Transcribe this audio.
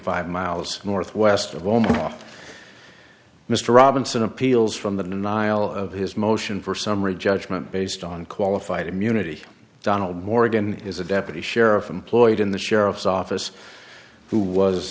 five miles northwest of omaha mr robinson appeals from the nihil of his motion for summary judgment based on qualified immunity donald morgan is a deputy sheriff employed in the sheriff's office who was